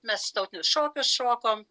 mes tautinius šokius šokom